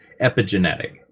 epigenetic